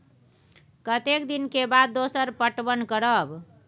कतेक दिन के बाद दोसर पटवन करब?